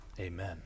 Amen